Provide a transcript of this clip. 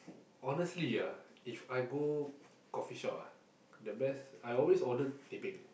honestly ah If I go coffee shop ah the best I always order teh peng